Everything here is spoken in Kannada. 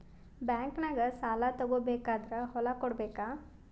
ಬ್ಯಾಂಕ್ನಾಗ ಸಾಲ ತಗೋ ಬೇಕಾದ್ರ್ ಹೊಲ ಕೊಡಬೇಕಾ?